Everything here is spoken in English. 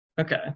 Okay